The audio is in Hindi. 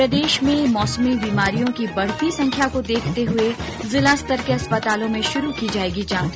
प्रदेश में मौसमी बीमारियों की बढती संख्या को देखते हुए जिला स्तर के अस्पतालों में शुरू की जाएगी जांच